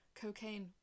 Cocaine